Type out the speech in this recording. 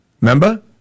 Remember